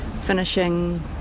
finishing